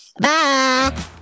Bye